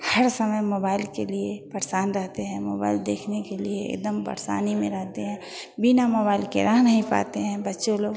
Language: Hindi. हर समय मोबाइल के लिए परेशान रहते हैं मोबाइल देखने के लिए एक दम परेशानी में रहते हैं बिना मोबाइल के रह नहीं पाते हैं बच्चे लोग